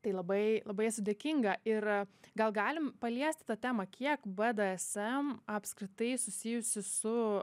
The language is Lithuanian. tai labai labai esu dėkinga ir gal galim paliesti tą temą kiek bdsm apskritai susijusi su